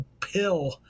pill